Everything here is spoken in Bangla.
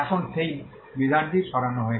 এখন সেই বিধানটি সরানো হয়েছে